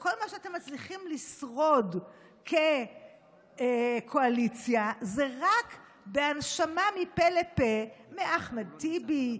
וכל מה שאתם מצליחים לשרוד כקואליציה זה רק בהנשמה מפה לפה מאחמד טיבי,